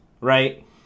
right